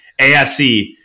AFC